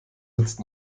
sitzt